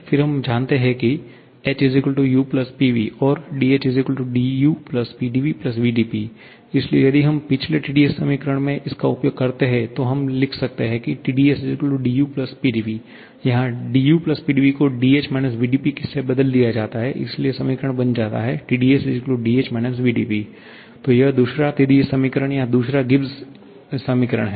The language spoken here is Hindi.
फिर हम जानते हैं कि h u Pv और dh du Pdv vdP इसलिए यदि हम पिछले TdS समीकरण में उसका उपयोग करते हैं तो हम लिख सकते हैं की TdS du Pdv यहाँ du Pdv को dh vdP से बदल दिया जाता है इसलिए समीकरण बन जाता है TdS dh - vdP तो यह दूसरा TdS समीकरण या दूसरा गिब्स समीकरण है